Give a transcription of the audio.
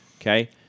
Okay